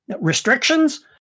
restrictions